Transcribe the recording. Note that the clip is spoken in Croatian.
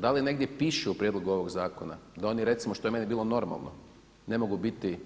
Da li negdje piše u prijedlogu ovog zakona da oni recimo, što bi meni bilo normalno, ne mogu biti